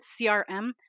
CRM